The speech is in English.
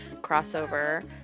crossover